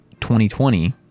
2020